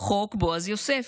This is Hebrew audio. חוק בועז יוסף,